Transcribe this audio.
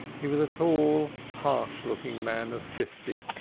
he was a tall, harsh-looking man of fifty,